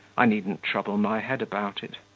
i needn't trouble my head about it.